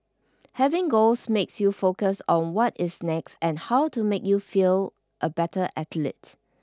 having goals makes you focus on what is next and how to make you feel a better athlete